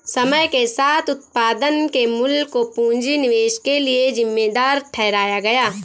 समय के साथ उत्पादन के मूल्य को पूंजी निवेश के लिए जिम्मेदार ठहराया गया